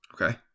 Okay